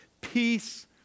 peace